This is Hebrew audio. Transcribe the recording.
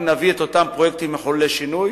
נביא את אותם פרויקטים מחוללי שינוי,